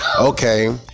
okay